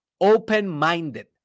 Open-minded